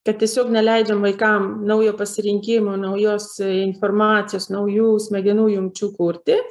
kad tiesiog neleidžiam vaikam naujo pasirinkimo naujos informacijos naujų smegenų jungčių kurti